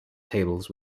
tables